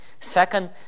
Second